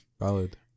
valid